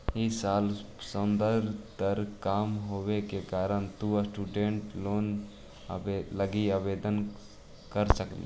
इ साल संदर्भ दर कम होवे के कारण तु स्टूडेंट लोन लगी आवेदन कर सकऽ हे